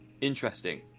Interesting